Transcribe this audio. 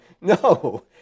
No